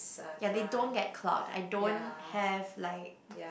ya they don't get clogged I don't have like